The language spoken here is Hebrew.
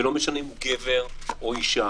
ולא משנה אם הוא גבר או אישה.